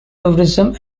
tourism